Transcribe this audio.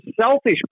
selfish